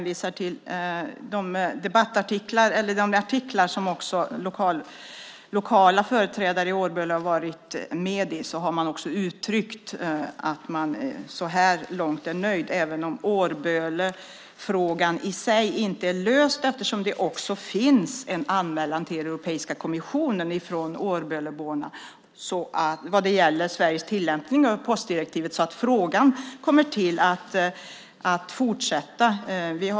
I debattartiklar och artiklar som lokala företrädare i Årböle har varit med i har man uttryckt att man så här långt är nöjd även om Årbölefrågan i sig inte är löst, eftersom det finns en anmälan till Europeiska kommissionen från Årböleborna vad gäller Sveriges tillämpning av postdirektivet. Diskussionen om frågan kommer alltså att fortsätta.